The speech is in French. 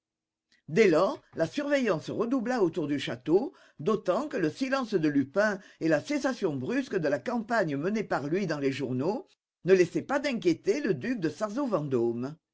dès lors la surveillance redoubla autour du château d'autant que le silence de lupin et la cessation brusque de la campagne menée par lui dans les journaux ne laissaient pas d'inquiéter le duc de